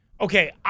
okay